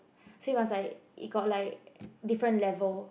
so you must like you got like different level